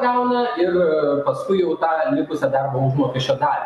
gauna ir paskui jau tą likusią darbo užmokesčio dalį